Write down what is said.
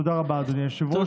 תודה רבה, אדוני היושב-ראש.